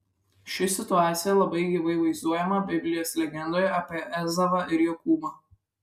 ši situacija labai gyvai vaizduojama biblijos legendoje apie ezavą ir jokūbą